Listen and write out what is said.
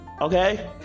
Okay